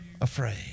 afraid